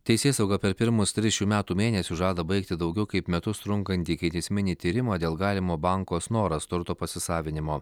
teisėsauga per pirmus tris šių metų mėnesius žada baigti daugiau kaip metus trunkantį ikiteisminį tyrimą dėl galimo banko snoras turto pasisavinimo